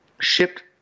shipped